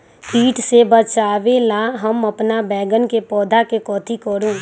किट से बचावला हम अपन बैंगन के पौधा के कथी करू?